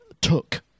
Took